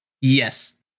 Yes